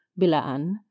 Bilaan